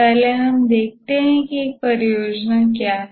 पहले हमें देखते हैं कि एक परियोजना क्या है